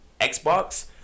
Xbox